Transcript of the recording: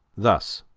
thus,